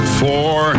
four